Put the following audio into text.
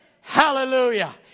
Hallelujah